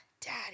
Daddy